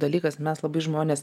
dalykas mes labai žmonės